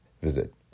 visit